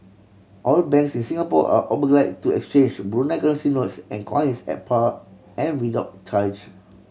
all banks in Singapore are oblige to exchange Brunei currency notes and coins at par and without charge